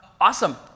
awesome